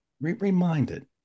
reminded